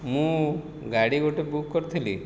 ମୁଁ ଗାଡ଼ି ଗୋଟେ ବୁକ୍ କରିଥିଲି